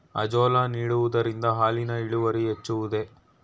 Azolla ನೀಡುವುದರಿಂದ ಹಾಲಿನ ಇಳುವರಿ ಹೆಚ್ಚುವುದೇ?